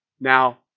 now